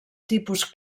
tipus